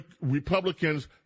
Republicans